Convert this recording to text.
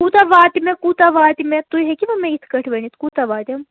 کوٗاہ واتہِ مےٚ کوٗتاہ واتہِ مے تُہۍ ہیٚکوٕ مےٚ یِتھ کٲٹھۍ ؤنِتھ کوٗتاہ واتِم